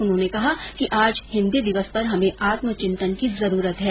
उन्होंने कहा कि आज हिन्दी दिवस पर हमें आत्म चिंतन की जरूरत है